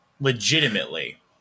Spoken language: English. legitimately